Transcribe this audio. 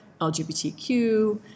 LGBTQ